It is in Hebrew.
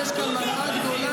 ככה, כאילו יש כאן מראה גדולה.